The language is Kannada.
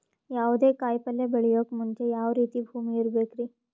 ಯಾವುದೇ ಕಾಯಿ ಪಲ್ಯ ಬೆಳೆಯೋಕ್ ಮುಂಚೆ ಯಾವ ರೀತಿ ಭೂಮಿ ಇರಬೇಕ್ರಿ?